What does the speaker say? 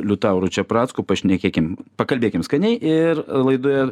liutauru čepracku pašnekėkim pakalbėkim skaniai ir laidoje